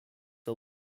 are